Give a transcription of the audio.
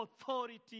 authority